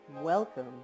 Welcome